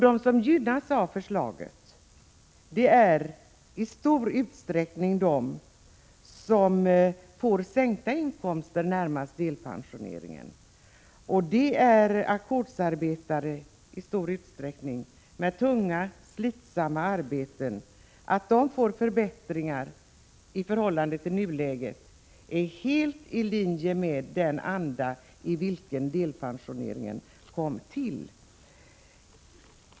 De som gynnas av förslaget är i stor utsträckning de som får sänkta inkomster under tiden närmast före delpensioneringen, bl.a. ackordsarbetare med tunga, slitsamma arbeten. Genomförandet av dessa förbättringar i förhållande till nuläget är helt i linje med den anda i vilken delpensioneringen kom till.